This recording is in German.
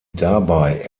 dabei